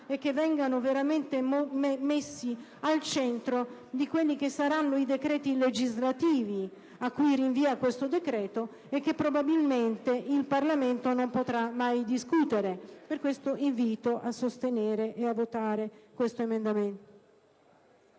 e che vengano veramente messi al centro dei decreti legislativi cui rinvia tale decreto, che probabilmente il Parlamento non potrà mai discutere. Per questi motivi invito a sostenere e a votare l'emendamento